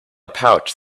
pouch